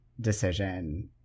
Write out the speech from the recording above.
decision